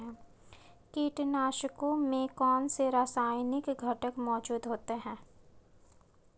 कीटनाशकों में कौनसे रासायनिक घटक मौजूद होते हैं?